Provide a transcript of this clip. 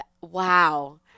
wow